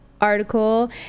article